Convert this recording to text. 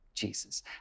Jesus